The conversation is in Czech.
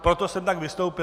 Proto jsem tak vystoupil.